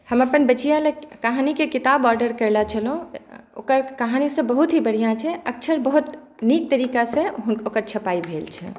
हम अपन बचिआलए कहानीके किताब ऑडर कएने छलहुँ ओकर कहानीसब बहुत ही बढ़िआँ छै अक्षर ओकर बहुत नीक तरीकासँ ओकर छपाइ भेल छै